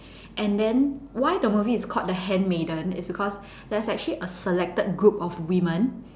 and then why the movie is called the handmaiden it's because there's a selected group of women